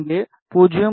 இங்கே 0